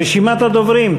רשימת הדוברים.